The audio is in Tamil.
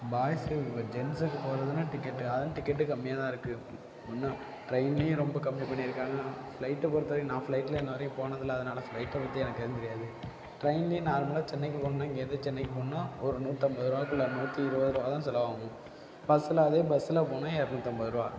பாய்ஸு ஜென்ட்ஸுக்கு போகிறதுன்னா டிக்கெட்டு அதுவும் டிக்கெட்டும் கம்மியாக தான் இருக்குது ஒன்று ட்ரெயின்லையும் ரொம்ப கம்மி பண்ணியிருக்காங்க ஃபிளைட்டை பொறுத்தவரைக்கும் நான் ஃபிளைட்டில் இன்னிவரைக்கும் போனது இல்லை அதனால ஃபிளைட்டை பற்றி எனக்கு எதுவும் தெரியாது ட்ரெயினில் நார்மலாக சென்னைக்கு போகணுன்னா இங்கேருந்து சென்னைக்கு போகணுன்னா ஒரு நூற்றம்பதுரூவாக்குள்ள நூற்றி இருபது ரூபா தான் செலவாகும் பஸ்ஸில் அதே பஸ்ஸில் போனால் இரநூத்தம்பது ரூபா